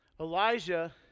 Elijah